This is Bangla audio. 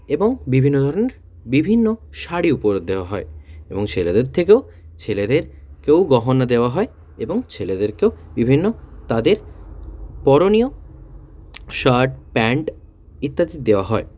এবং বিভিন্ন ধরণের বিভিন্ন শাড়ি উপহার দেওয়া হয় এবং ছেলেদের থেকেও ছেলেদেরকেও গহনা দেওয়া হয় এবং ছেলেদেরকেও বিভিন্ন তাদের পরণীয় শার্ট প্যান্ট ইত্যাদি দেওয়া হয়